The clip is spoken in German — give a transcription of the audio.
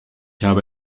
habe